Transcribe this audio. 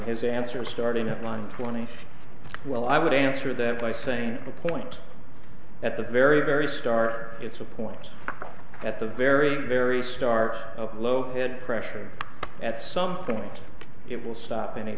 his answer starting at one twenty well i would answer that by saying the point at the very very start it's a point at the very very start of located pressure at some point it will stop any